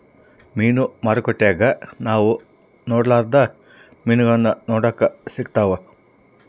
ಮೀನು ಮಾರುಕಟ್ಟೆಗ ನಾವು ನೊಡರ್ಲಾದ ಮೀನುಗಳು ನೋಡಕ ಸಿಕ್ತವಾ